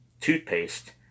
toothpaste